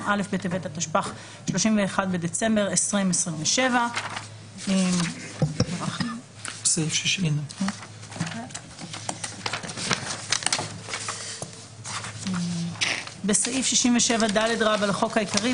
א' בטבת התשפ"ח (31 בדצמבר 2027)". בסעיף 67ד לחוק העיקרי,